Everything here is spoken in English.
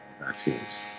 vaccines